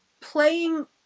playing